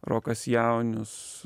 rokas jaunius